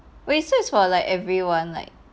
is just for like everyone like